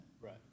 Right